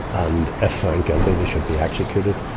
and, if found guilty, they should be executed.